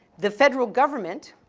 the federal government,